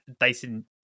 Dyson